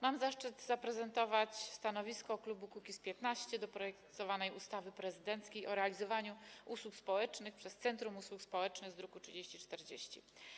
Mam zaszczyt zaprezentować stanowisko klubu Kukiz’15 co do projektowanej ustawy prezydenckiej o realizowaniu usług społecznych przez centrum usług społecznych z druku nr 3040.